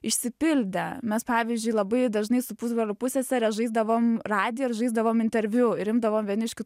išsipildė mes pavyzdžiui labai dažnai su pusbroliu pussesere žaisdavom radiją ir žaisdavom interviu ir imdavom vieni iš kitus